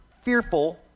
fearful